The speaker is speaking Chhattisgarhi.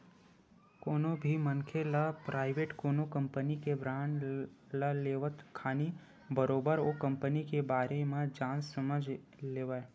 कोनो भी मनखे ल पराइवेट कोनो कंपनी के बांड ल लेवत खानी बरोबर ओ कंपनी के बारे म जान समझ लेवय